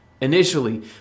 initially